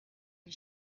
and